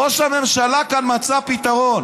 ראש הממשלה כאן מצא פתרון